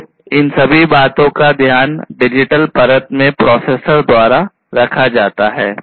तो इन सभी बातों का ध्यान डिजिटल परत में प्रोसेसर द्वारा रखा जाता है